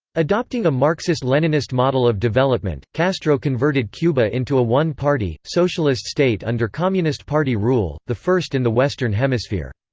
adopting a marxist-leninist model of development, castro converted cuba into a one-party, socialist state under communist party rule, the first in the western hemisphere.